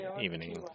evening